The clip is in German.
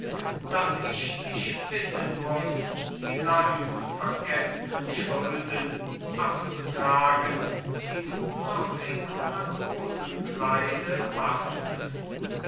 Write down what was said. daß ich dich bitten muß die lang vergeßnen schulden abzutragen die du noch im matrosenkleide machtest